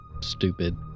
stupid